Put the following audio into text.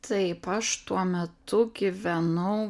taip aš tuo metu gyvenau